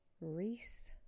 Reese